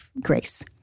grace